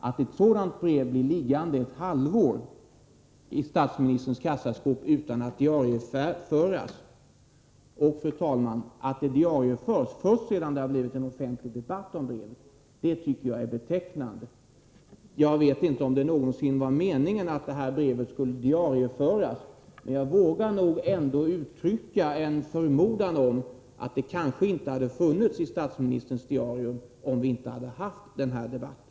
Att ett sådant brev blir 23 maj 1984 liggande ett halvår i statsministerns kassaskåp utan att diarieföras och att det diarieförs först sedan det blivit offentlig debatt om detsamma tycker jag är betecknande. Jag vet inte om det någonsin var meningen att brevet skulle diarieföras, men jag vågar ändå uttrycka en förmodan om att det kanske inte hade funnits i statsministerns diarium, om vi inte hade fått den här debatten.